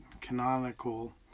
canonical